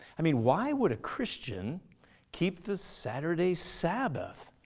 i mean why would a christian keep the saturday sabbath?